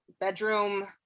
bedroom